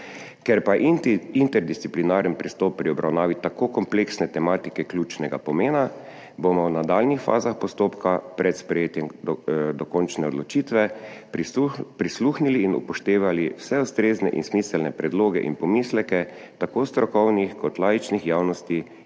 Ker pa je interdisciplinaren pristop pri obravnavi tako kompleksne tematike ključnega pomena, bomo v nadaljnjih fazah postopka pred sprejetjem dokončne odločitve prisluhnili in upoštevali vse ustrezne in smiselne predloge in pomisleke tako strokovnih kot laičnih javnosti in